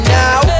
now